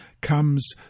comes